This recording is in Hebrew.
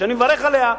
שאני מברך עליה.